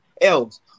else